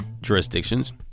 jurisdictions